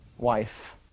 Wife